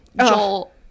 Joel